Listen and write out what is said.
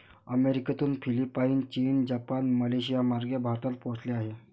अमेरिकेतून फिलिपाईन, चीन, जपान, मलेशियामार्गे भारतात पोहोचले आहे